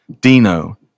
Dino